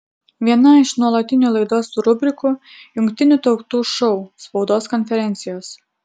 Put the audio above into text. viena iš nuolatinių laidos rubrikų jungtinių tautų šou spaudos konferencijos